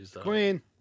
Queen